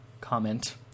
comment